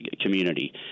community